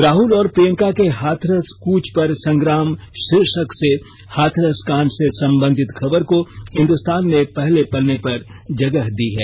राहुल और प्रियंका के हाथरस कूच पर संग्राम शीर्षक से हाथरस कांड से संबंधित खबर को हिन्दुस्तान ने पहले पन्ने पर जगह दी है